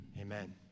Amen